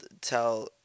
Tell